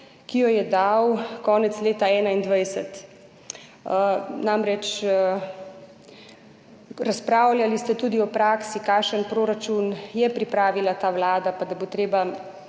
ki jo je dal konec leta 2021. Razpravljali ste namreč tudi o praksi, kakšen proračun je pripravila ta vlada, da bo treba